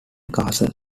castle